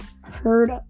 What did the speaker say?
heard